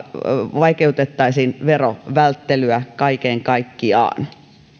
vaikeutettaisiin verovälttelyä kaiken kaikkiaan